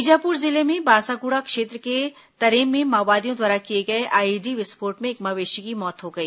बीजापुर जिले में बासागुड़ा क्षेत्र के तरेम में माओवादियों द्वारा किए गए आईईडी विस्फोट में एक मवेशी की मौत हो गई